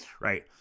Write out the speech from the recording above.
Right